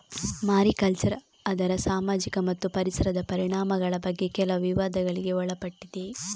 mariculture ಅದರ ಸಾಮಾಜಿಕ ಮತ್ತು ಪರಿಸರದ ಪರಿಣಾಮಗಳ ಬಗ್ಗೆ ಕೆಲವು ವಿವಾದಗಳಿಗೆ ಒಳಪಟ್ಟಿದೆ